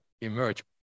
emerge